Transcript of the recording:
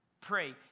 pray